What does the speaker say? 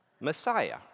Messiah